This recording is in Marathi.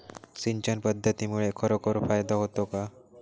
सिंचन पद्धतीमुळे खरोखर फायदा होतो का?